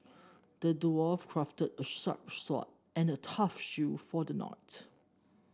the dwarf crafted a sharp sword and a tough shield for the knight